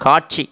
காட்சி